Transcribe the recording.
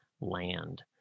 land